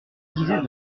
disait